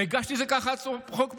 והגשתי את זה ככה כהצעת חוק פרטית.